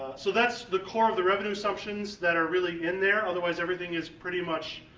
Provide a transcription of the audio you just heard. so that's the core of the revenue assumptions that are really in there, otherwise everything is pretty much